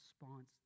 response